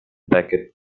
becket